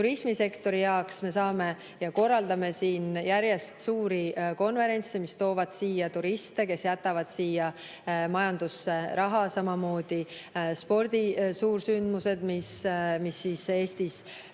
turismisektori heaks me korraldame järjest suuri konverentse, mis toovad siia turiste, kes jätavad siia majandusse raha, samamoodi spordi suursündmused, mis Eestis